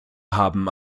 haben